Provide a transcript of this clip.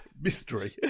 Mystery